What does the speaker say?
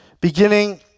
Beginning